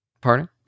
Pardon